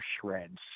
shreds